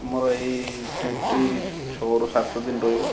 ମୋର ଏଇ ଟ୍ରିପ୍ଟି ଛଅରୁ ସାତଦିନ ରହିବ